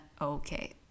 okay